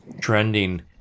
trending